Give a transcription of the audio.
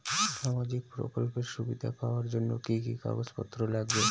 সামাজিক প্রকল্পের সুবিধা পাওয়ার জন্য কি কি কাগজ পত্র লাগবে?